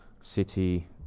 City